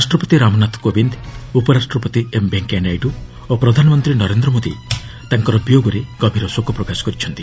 ରାଷ୍ଟ୍ରପତି ରାମନାଥ କୋବିନ୍ଦ୍ ଉପରାଷ୍ଟ୍ରପତି ଏମ୍ ଭେଙ୍କିୟା ନାଇଡ଼ ଓ ପ୍ରଧାନମନ୍ତ୍ରୀ ନରେନ୍ଦ୍ର ମୋଦି ତାଙ୍କର ବିୟୋଗରେ ଗଭୀର ଶୋକ ପ୍ରକାଶ କରିଛନ୍ତି